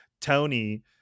Tony